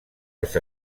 als